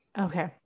Okay